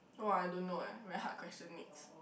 oh I don't know eh very hard question next